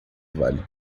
vale